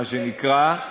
מה שנקרא,